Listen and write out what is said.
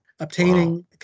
obtaining